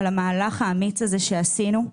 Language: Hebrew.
על המהלך האמיץ הזה שעשינו.